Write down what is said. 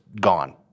gone